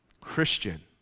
Christian